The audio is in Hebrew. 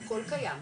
הכול קיים,